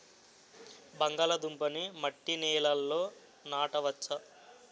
బంగాళదుంప నీ మట్టి నేలల్లో నాట వచ్చా?